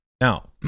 Now